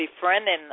befriending